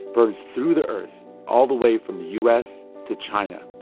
burns through the earth, all the way from the u s. to china.